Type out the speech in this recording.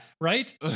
right